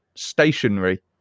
Stationary